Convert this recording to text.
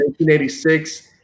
1986